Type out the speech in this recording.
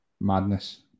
Madness